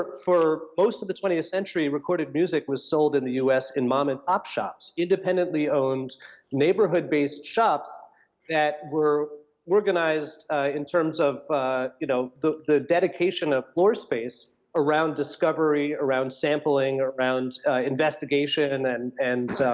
for most of the twentieth century, recorded music was sold in the u s. in mom and pop shops, independently owned neighborhood based shops that were organized in terms of you know the the dedication of floor space around discovery, around sampling, around investigation and and and